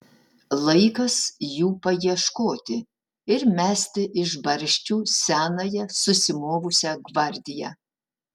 laikas jų paieškoti ir mesti iš barščių senąją susimovusią gvardiją